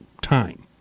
time